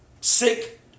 sick